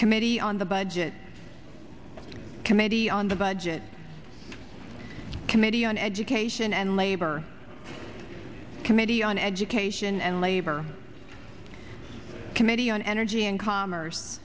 committee on the budget committee under budget committee on education and labor committee on education and labor committee on energy and commerce